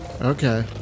Okay